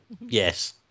Yes